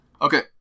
Okay